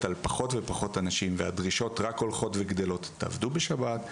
על פחות ופחות אנשים והדרישות רק הולכות וגדלות תעבדו בשבת,